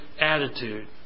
attitude